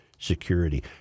security